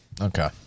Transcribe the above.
Okay